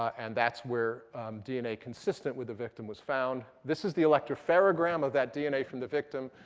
and that's where dna consistent with the victim was found. this is the electropherogram of that dna from the victim.